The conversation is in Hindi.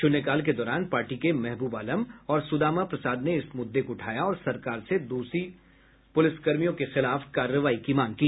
शून्यकाल के दौरान पार्टी के महबूब आलम और सुदामा प्रसाद ने इस मुद्दे को उठाया और सरकार से दोषी पुलिसकर्मियों के खिलाफ कार्रवाई की मांग की